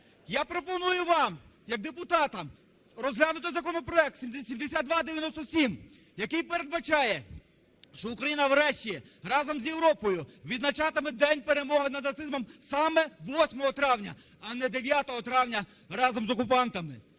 Я пропоную вам як депутатам розглянути законопроект 7297, який передбачає, що Україна врешті разом з Європою відзначатиме День перемоги над нацизмом саме 8 травня, а не 9 травня разом з окупантами.